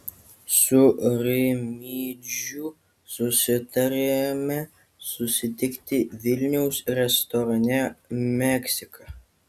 su rimydžiu susitariame susitikti vilniaus restorane meksika